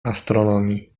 astronomii